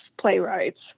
playwrights